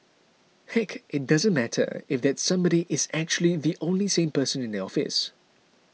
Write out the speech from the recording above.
heck it doesn't matter if that somebody is actually the only sane person in the office